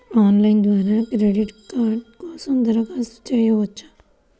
Online ద్వారా credit card కోసం దరఖాస్తు చేయవచ్చా?